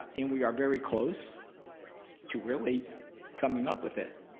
and we are very close to really coming up with it.